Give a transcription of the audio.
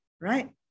right